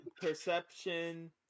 Perception